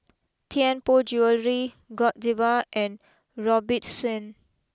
Tianpo Jewellery Godiva and Robitussin